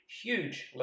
huge